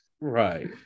right